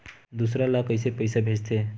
दूसरा ला कइसे पईसा भेजथे?